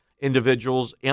individuals